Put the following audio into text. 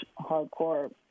hardcore